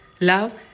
Love